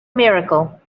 miracle